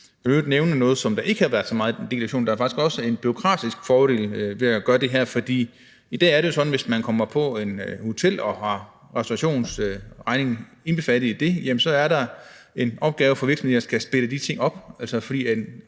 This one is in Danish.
Jeg vil i øvrigt nævne noget, som ikke har været så meget en del af diskussionen. Der er faktisk også en bureaukratisk fordel ved at gøre det her. For i dag er det jo sådan, at hvis man kommer på et hotel og har restaurationsregningen indbefattet i det, jamen så er der en opgave for virksomheden i at skulle splitte de ting op,